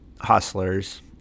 Hustlers